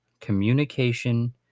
Communication